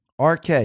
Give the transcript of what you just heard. RK